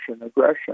aggression